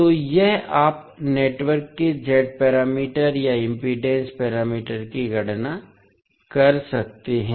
तो यह आप नेटवर्क के z पैरामीटर या इम्पीडेन्स पैरामीटर की गणना कर सकते हैं